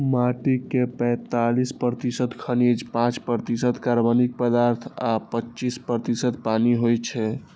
माटि मे पैंतालीस प्रतिशत खनिज, पांच प्रतिशत कार्बनिक पदार्थ आ पच्चीस प्रतिशत पानि होइ छै